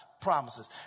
promises